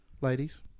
ladies